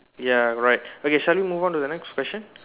ya right okay shall we move on to the next question